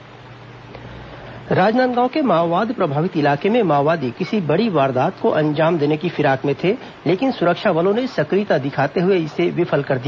माओवादी सामग्री बरामद राजनांदगांव के माओवाद प्रभावित इलाके में माओवादी किसी बड़ी वारदात को अंजाम देने के फिराक में थे लेकिन सुरक्षा बलों ने सक्रियता दिखाते हुए इसे विफल कर दिया